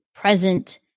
Present